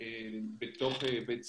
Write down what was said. בתוך בתי הספר,